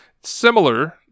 Similar